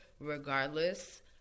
Regardless